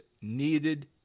needed